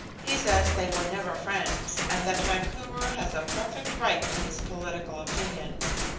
he says they were never friends, and that vancouver has a perfect right to his political opinions.